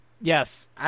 Yes